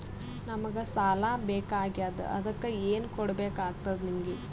ನಮಗ ಸಾಲ ಬೇಕಾಗ್ಯದ ಅದಕ್ಕ ಏನು ಕೊಡಬೇಕಾಗ್ತದ ನಿಮಗೆ?